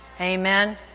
Amen